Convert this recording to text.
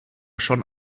schon